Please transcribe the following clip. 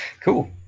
Cool